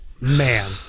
Man